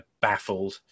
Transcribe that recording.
baffled